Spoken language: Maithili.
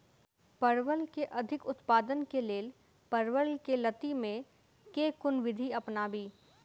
परवल केँ अधिक उत्पादन केँ लेल परवल केँ लती मे केँ कुन विधि अपनाबी?